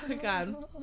God